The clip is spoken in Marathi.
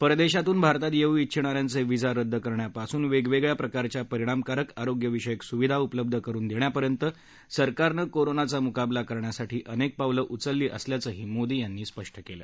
परदेशातून भारतात येऊ इच्छिणाऱ्यांचे व्हिसा रद्द करण्यापासून वेगवेगळ्या प्रकारच्या परिणामकारक आरोग्यविषयक सुविधा उपलब्ध करून देण्यापर्यंत सरकारनं कोरोनाचा मुकाबला करण्यासाठी अनेक पावलं उचलली आहेत असंही मोदी यांनी स्पष्ट केलं